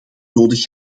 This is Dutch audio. nodig